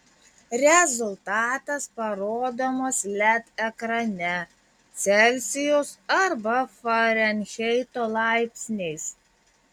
rezultatas parodomas led ekrane celsijaus arba farenheito laipsniais